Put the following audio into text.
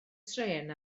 trên